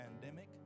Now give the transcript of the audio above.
pandemic